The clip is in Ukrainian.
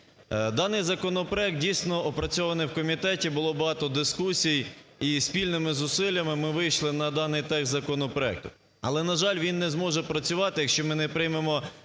Даний законопроект дійсно опрацьований в комітеті, було багато дискусій, і спільними зусиллями ми вийшли на даний текст законопроекту. Але, на жаль, він не зможе працювати, якщо ми не приймемо